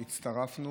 הצטרפנו.